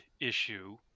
issue